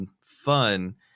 fun